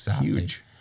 huge